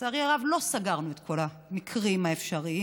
לצערי הרב, לא סגרנו את כל המקרים האפשריים.